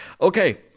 Okay